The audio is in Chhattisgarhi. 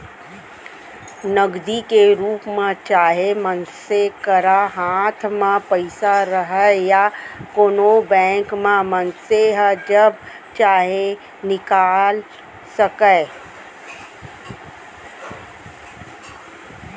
नगदी के रूप म चाहे मनसे करा हाथ म पइसा रहय या कोनों बेंक म मनसे ह जब चाहे निकाल सकय